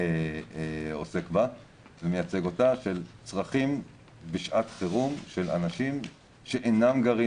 עוסק בה ומייצג אותה צרכים בשעת חירום של אנשים שאינם גרים